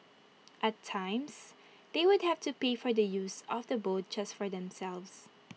at times they would have to pay for the use of the boat just for themselves